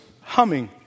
humming